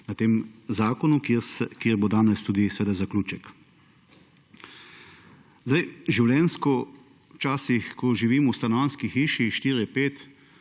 na tem zakonu, kjer bo danes tudi seveda zaključek. Življenjsko, včasih, ko živimo v stanovanjski hiši, 4 ali 5,